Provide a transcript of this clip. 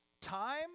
time